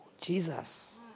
Jesus